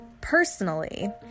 personally